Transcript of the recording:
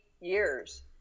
years